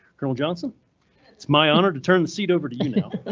colonel johnson it's my honor to turn the seat over to you now,